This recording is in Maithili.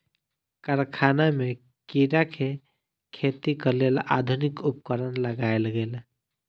कारखाना में कीड़ा के खेतीक लेल आधुनिक उपकरण लगायल गेल